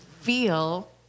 feel